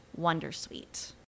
wondersuite